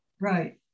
right